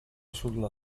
sulla